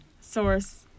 source